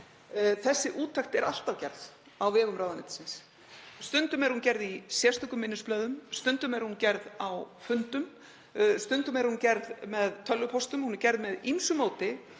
Þessi úttekt er alltaf gerð á vegum ráðuneytisins. Stundum er hún gerð í sérstökum minnisblöðum. Stundum er hún gerð á fundum. Stundum er hún gerð með tölvupóstum. Hún er gerð með ýmsu móti